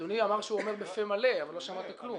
אדוני אמר שהוא אומר בפה מלא, אבל לא שמעתי כלום.